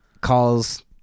calls